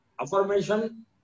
affirmation